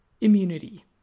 immunity